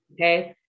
Okay